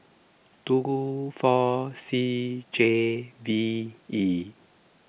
two four C J V E